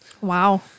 Wow